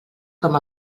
com